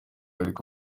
ariko